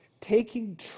taking